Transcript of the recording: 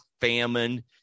famine